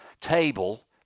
table